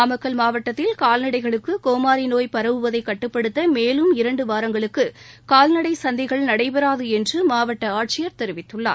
நாமக்கல் மாவட்டத்தில் கால்நடைகளுக்கு கோமாரி நோய் பரவுவதை கட்டுப்படுத்த மேலும் இரண்டு வாரங்களுக்கு கால்நடை சந்தைகள் நடைபெறாது என்று மாவட்ட ஆட்சியர் தெரிவித்துள்ளார்